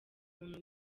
muntu